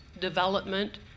development